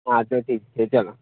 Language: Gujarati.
હા તે ઠીક છે ચાલો